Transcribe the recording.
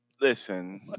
Listen